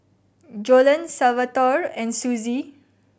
Joellen Salvatore and Suzie